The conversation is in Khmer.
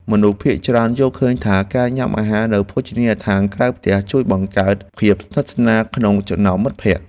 មនុស្សភាគច្រើនយល់ឃើញថា ការញ៉ាំអាហារនៅភោជនីយដ្ឋានក្រៅផ្ទះជួយបង្កើតភាពស្និទ្ធស្នាលក្នុងចំណោមមិត្តភក្តិ។